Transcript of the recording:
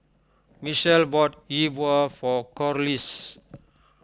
Michal bought Yi Bua for Corliss